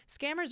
scammers